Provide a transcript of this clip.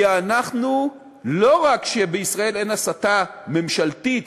כי לא רק שבישראל אין הסתה ממשלתית,